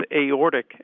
aortic